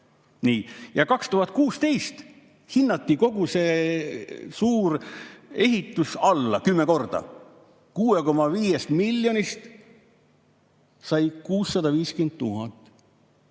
Ja 2016 hinnati kogu see suur ehitus kümme korda alla, 6,5 miljonist sai 650 000.